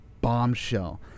Bombshell